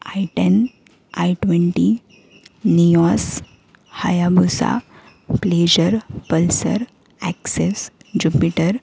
I ten I twenty Nios Hayabusa Pleasure Pulsar Access Jupiter